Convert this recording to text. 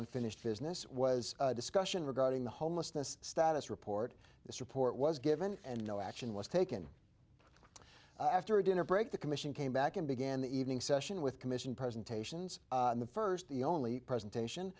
unfinished business was a discussion regarding the homelessness status report this report was given and no action was taken after a dinner break the commission came back and began the evening session with commission presentations the first the only presentation